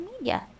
media